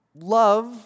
love